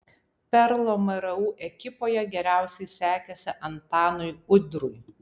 perlo mru ekipoje geriausiai sekėsi antanui udrui